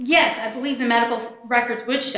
yes i believe the medical records which